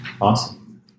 Awesome